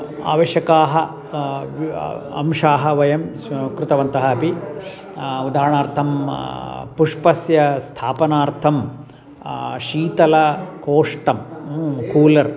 आवश्यकाः अंशाः वयं स्वीकृतवन्तः अपि उदाहरणार्थं पुष्पस्य स्थापनार्थं शीतलकोष्टं कूलर्